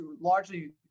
largely